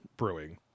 Brewing